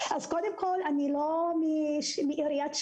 אני לא יודע אם הוא נמצא בזום,